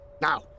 Now